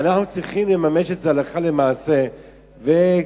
אנחנו צריכים לממש את זה הלכה למעשה, תודה.